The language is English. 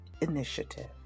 Initiative